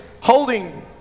holding